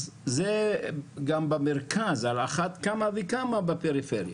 זה גם במרכז, אז על אחת כמה וכמה בפריפריה.